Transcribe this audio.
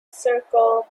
circle